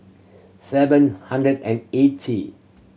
seven hundred and eighty